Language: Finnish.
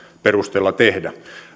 perusteella tehdä